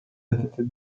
edited